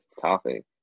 topic